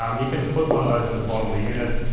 um you can put one of those into the bottom of the unit.